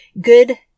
good